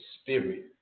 spirit